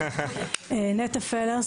נטע פלר,